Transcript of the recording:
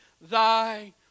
thy